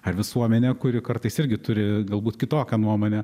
ar visuomenė kuri kartais irgi turi galbūt kitokią nuomonę